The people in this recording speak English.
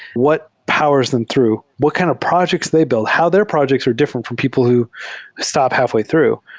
what powers them through? what kind of projects they build? how their projects are different from people who stop halfway through?